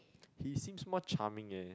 he seems more charming eh